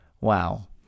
Wow